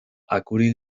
akuri